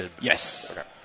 Yes